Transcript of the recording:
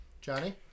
Johnny